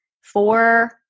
four